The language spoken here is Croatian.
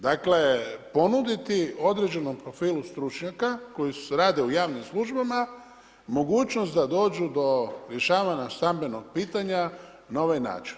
Dakle, ponuditi određenom profilu stručnjaka, koji rade u javnim službama mogućnost da dođu do rješavanja stambenog pitanja na ovaj način.